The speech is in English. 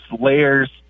layers